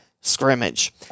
scrimmage